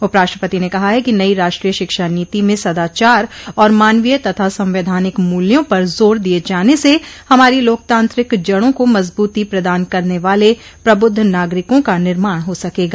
उप राष्ट्रपति ने कहा है कि नयी राष्ट्रीय शिक्षा नीति में सदाचार और मानवीय तथा संवैधानिक मूल्यों पर जोर दिये जाने से हमारी लोकतांत्रिक जड़ों को मजबूती प्रदान करने वाल प्रबुद्ध नागरिकों का निर्माण हो सकेगा